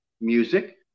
music